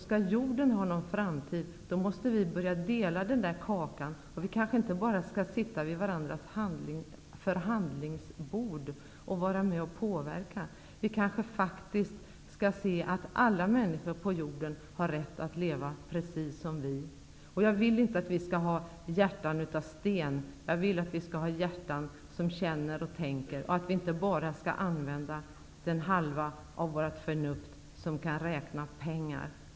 Skall jorden ha en framtid, måste vi börja dela kakan. Vi skall kanske inte bara sitta vid varandras förhandlingsbord och vara med och påverka. Vi kanske faktiskt måste inse att alla människor på jorden har rätt att leva precis som vi. Jag vill inte att vi skall ha hjärtan av sten, utan jag vill att vi skall ha hjärtan som känner och ''tänker'' och att vi inte bara skall använda det förnuft, den hjärnhalva, som kan räkna pengar.